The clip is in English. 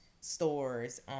stores